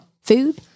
Food